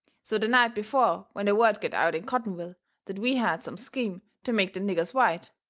so the night before when the word got out in cottonville that we had some scheme to make the niggers white,